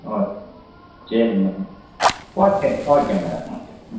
okay சரிங்க madam okay okay madam okay ம்